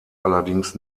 allerdings